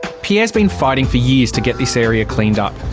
pierre's been fighting for years to get this area cleaned up.